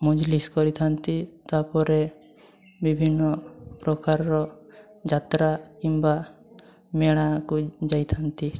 ମଜଲିସ୍ କରିଥାନ୍ତି ତା'ପରେ ବିଭିନ୍ନ ପ୍ରକାରର ଯାତ୍ରା କିମ୍ବା ମେଳାକୁ ଯାଇଥାନ୍ତି